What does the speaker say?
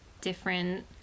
different